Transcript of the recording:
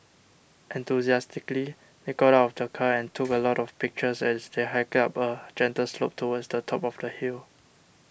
enthusiastically they got out of the car and took a lot of pictures as they hiked up a gentle slope towards the top of the hill